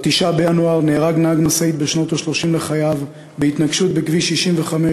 ב-9 בינואר נהרג נהג משאית בשנות ה-30 לחייו בהתנגשות בכביש 65,